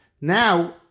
Now